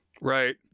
Right